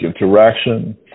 interaction